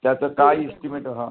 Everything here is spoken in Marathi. त्याचं काय एस्टीमेट हां